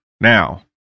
Now